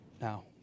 Now